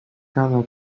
cada